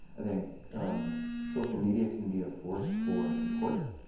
i think social media can be a force for support.